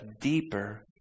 deeper